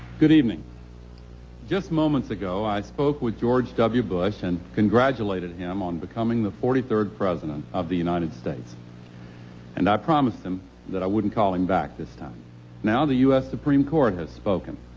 good evening just moments ago i spoke with george w bush and congratulated him on becoming the forty third president of the united states and i promised them that i wouldn't calling back this time now the us supreme court has spoken